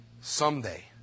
someday